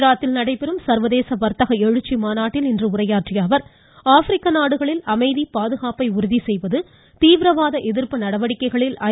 குஜராத்தில் நடைபெறும் சர்வதேச எழுச்சி மாநாட்டில் இன்று வர்த்தக உரையாற்றிய அவர் ஆப்பிரிக்க நாடுகளில் அமைதி பாதுகாப்பை உறுதிசெய்வது தீவிரவாத எதிர்ப்பு நடவடிக்கைகளில் ஐ